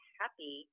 happy